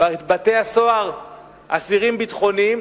בבתי-הסוהר אסירים ביטחוניים